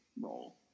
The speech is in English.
role